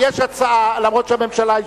למרות תשובת הממשלה,